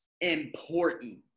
important